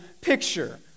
picture